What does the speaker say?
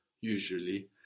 usually